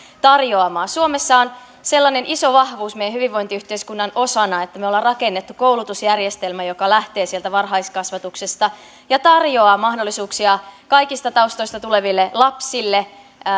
tarjoamaa suomessa on sellainen iso vahvuus meidän hyvinvointiyhteiskunnan osana että me olemme rakentaneet koulutusjärjestelmän joka lähtee sieltä varhaiskasvatuksesta ja tarjoaa mahdollisuuksia kaikista taustoista tuleville lapsille